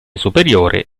superiore